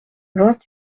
vingt